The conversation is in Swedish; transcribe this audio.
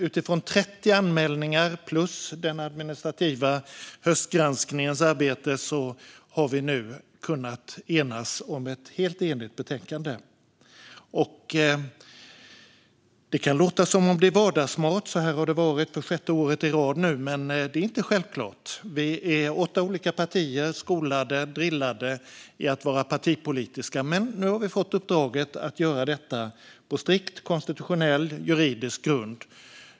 Utifrån 30 anmälningar och den administrativa höstgranskningens arbete har vi nu kunnat enas om ett helt enigt betänkande. Det kan låta som om det är vardagsmat - så här har det varit för sjätte året i rad nu - men det är inte självklart. Vi är åtta olika partier som är skolade och drillade i att vara partipolitiska, men nu har vi fått uppdraget att göra detta på strikt konstitutionell, juridisk grund.